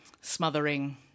smothering